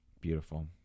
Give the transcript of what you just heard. beautiful